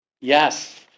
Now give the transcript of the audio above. Yes